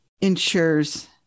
ensures